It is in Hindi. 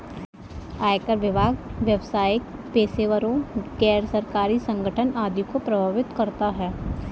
आयकर विभाग व्यावसायिक पेशेवरों, गैर सरकारी संगठन आदि को प्रभावित करता है